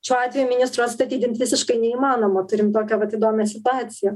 šiuo atveju ministro atstatydint visiškai neįmanoma turim tokią vat įdomią situaciją